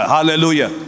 Hallelujah